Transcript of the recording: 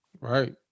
Right